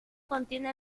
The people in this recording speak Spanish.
contiene